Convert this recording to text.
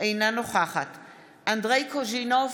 אינה נוכחת אנדרי קוז'ינוב,